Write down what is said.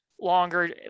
longer